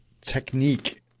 technique